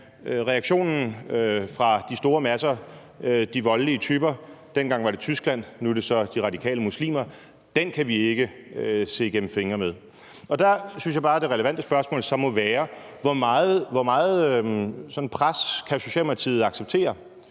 Uha, reaktionen fra de store masser, de voldelige typer – dengang var det Tyskland; nu er det så de radikale muslimer – kan vi ikke se igennem fingre med. Der synes jeg bare, det relevante spørgsmål så må være, hvor meget pres Socialdemokratiet kan acceptere.